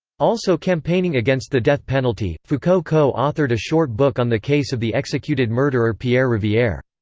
also campaigning against the death penalty, foucault co-authored a short book on the case of the executed murderer pierre riviere.